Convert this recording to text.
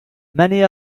many